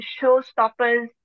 Showstoppers